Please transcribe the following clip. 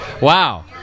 Wow